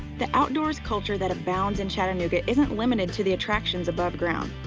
the outdoors culture that abounds in chattanooga isn't limited to the attractions above ground.